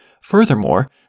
Furthermore